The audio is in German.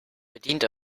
bedient